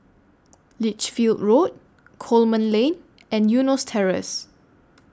Lichfield Road Coleman Lane and Eunos Terrace